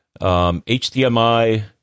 HDMI